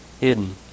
hidden